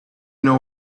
know